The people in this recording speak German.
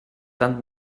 dann